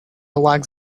like